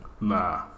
nah